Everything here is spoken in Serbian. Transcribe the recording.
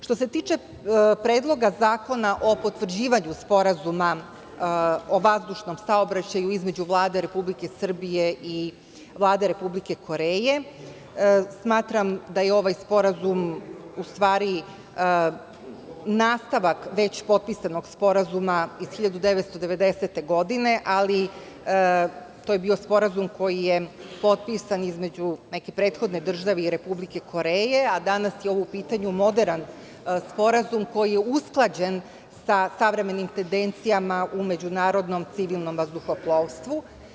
Što se tiče Predloga zakona o potvrđivanju Sporazuma o vazdušnom saobraćaju između Vlade Republike Srbije i Vlade Republike Koreje, smatram da je ovaj sporazum u stvari nastavak već potpisanog sporazuma iz 1990. godine, ali to je bio sporazum koji je potpisan između neke prethodne države i Republike Koreje, a danas je u pitanju moderan sporazum koji je usklađen sa savremenim tendencijama u međunarodnom civilnom vazduhoplovstvu.